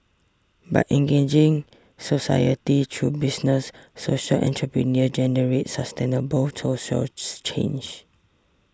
by engaging society through business social entrepreneurs generate sustainable social change